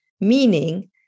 meaning